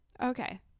okay